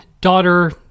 daughter